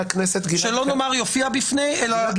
שלא נאמר יופיע בפני אלא משהו אחר?